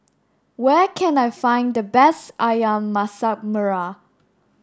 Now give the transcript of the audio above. where can I find the best Ayam Masak Merah